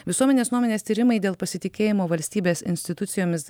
visuomenės nuomonės tyrimai dėl pasitikėjimo valstybės institucijomis